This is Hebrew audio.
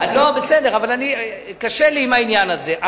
בסדר, אבל קשה לי עם העניין הזה.